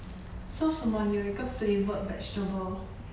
说什么你有一个 flavoured vegetable